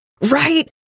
Right